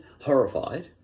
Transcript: horrified